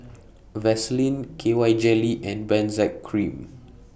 Vaselin K Y Jelly and Benzac Cream